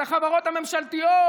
את החברות הממשלתיות.